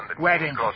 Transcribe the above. Wedding